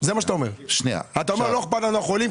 אתה אומר לא אכפת לנו מהחולים,